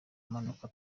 mpanuka